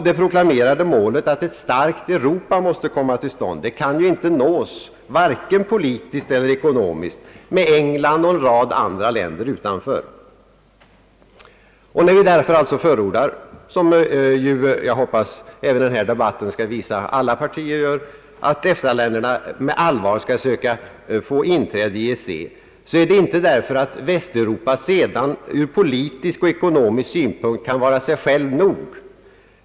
Det proklamerade målet, nämligen att ett starkt Europa måste komma till stånd, kan ju inte nås vare sig politiskt eller ekonomiskt med England och en rad andra länder utanför. När vi därför alltså förordar, och jag hoppas att denna debatt skall visa att alla partier här är ense, att EFTA-länderna med allvar skall söka vinna inträde i EEC, sker det inte därför att Västeuropa redan ur politisk och ekonomisk synpunkt kan vara sig självt nog.